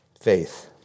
faith